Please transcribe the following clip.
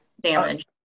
damage